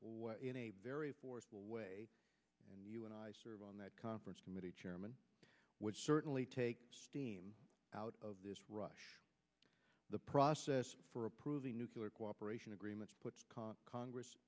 force in a very forceful way and you and i serve on that conference committee chairman would certainly take him out of this rush the process for approving nuclear cooperation agreements puts congress